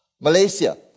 Malaysia